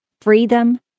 freedom